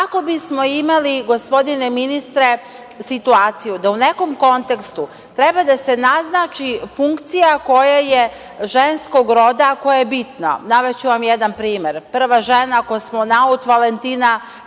bismo imali, gospodine ministre, situaciju da u nekom kontekstu treba da se naznači funkcija koja je ženskog roda koja je bitna, navešću vam jedan primer. Prva žena kosmonaut Valentina